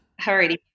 Alrighty